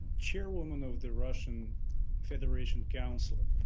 chairwoman of the russian federation council,